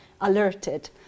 alerted